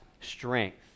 strength